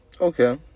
Okay